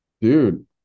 Dude